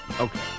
Okay